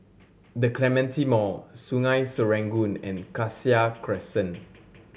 The Clementi Mall Sungei Serangoon and Cassia Crescent